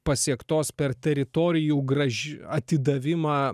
pasiektos per teritorijų graži atidavimą